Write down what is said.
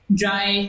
dry